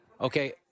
Okay